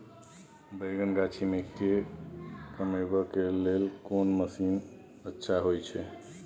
बैंगन गाछी में के कमबै के लेल कोन मसीन अच्छा होय छै?